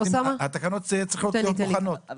התקנות צריכות להיות מוכנות.